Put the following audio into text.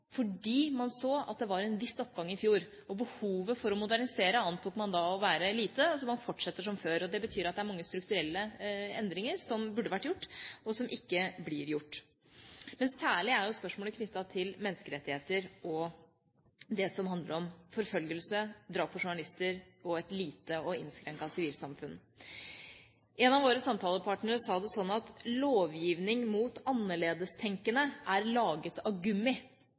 fordi man så at det var en viss oppgang i fjor. Behovet for å modernisere antar man da å være lite, så man fortsetter som før. Det betyr at det er mange strukturelle endringer som burde ha vært gjort, og som ikke blir gjort – særlig er spørsmålet knyttet til menneskerettigheter og det som handler om forfølgelse, drap på journalister og et lite og innskrenket sivilsamfunn. En av våre samtalepartnere sa det sånn at lovgivningen mot annerledestenkende er laget av gummi.